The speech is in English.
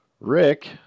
Rick